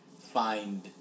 find